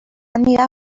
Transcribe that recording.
میرم